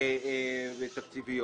ותקציביות,